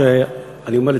אני אומר,